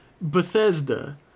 Bethesda